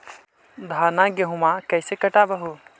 धाना, गेहुमा कैसे कटबा हू?